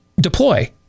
deploy